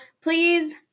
please